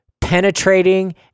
penetrating